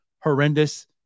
horrendous